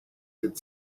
could